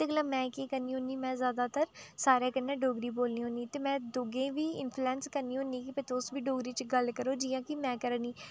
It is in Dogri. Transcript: इत्त में केह् करनी होनी में जादातर सारे कन्नै डोगरी बोलनी होनी ते में दूऐं बी इन्फ्लुएंस करनी होनी भई तुस बी डोगरी च गल्ल करो जि'यां की में करा नी